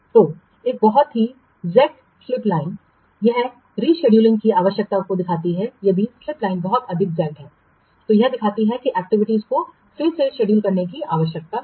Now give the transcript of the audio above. तो एक बहुत ही जेगड स्लिप लाइन यह रीशेड्यूलिंग की आवश्यकता को दिखाती है यदि स्लिप लाइन बहुत अधिक जेगड है तो यह दिखाती है कि एक्टिविटीज को फिर से शेड्यूल करने की आवश्यकता है